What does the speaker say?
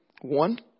One